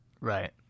Right